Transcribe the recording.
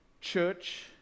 church